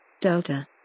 Delta